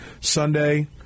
Sunday